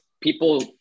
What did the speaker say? People